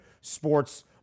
sports